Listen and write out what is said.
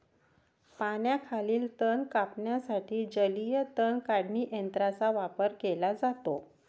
पाण्याखालील तण कापण्यासाठी जलीय तण काढणी यंत्राचा वापर केला जातो